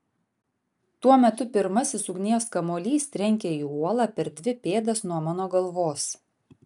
tuo metu pirmasis ugnies kamuolys trenkia į uolą per dvi pėdas nuo mano galvos